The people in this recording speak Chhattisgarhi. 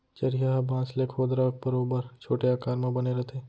चरिहा ह बांस ले खोदरा बरोबर छोटे आकार म बने रथे